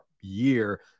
year